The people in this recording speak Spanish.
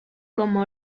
como